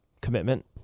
commitment